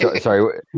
Sorry